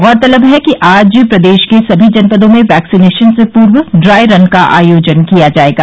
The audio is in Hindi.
गौरतलब है कि आज प्रदेश के सभी जनपदों में वैक्सीनेशन से पूर्व ड्राई रन का आयोजन किया जायेगा